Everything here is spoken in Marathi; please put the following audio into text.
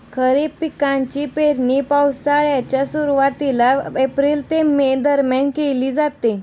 खरीप पिकांची पेरणी पावसाळ्याच्या सुरुवातीला एप्रिल ते मे दरम्यान केली जाते